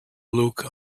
look